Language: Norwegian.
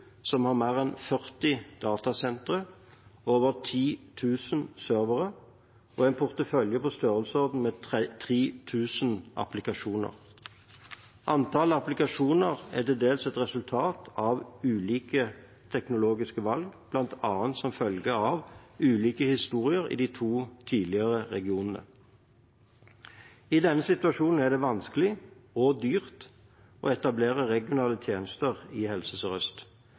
som har mer enn 40 datasentre, over 10 000 servere og en portefølje på i størrelsesorden 3 000 applikasjoner. Antall applikasjoner er dels et resultat av ulike teknologiske valg, bl.a. som følge av ulik historie i de to tidligere regionene. I denne situasjonen er det vanskelig og dyrt å etablere regionale tjenester i Helse